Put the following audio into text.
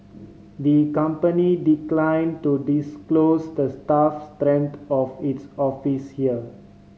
the company decline to disclose the staff strength of its office here